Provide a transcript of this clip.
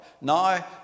Now